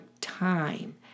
time